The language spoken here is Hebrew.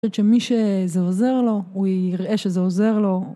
אני חושבת שמי שזה עוזר לו הוא יראה שזה עוזר לו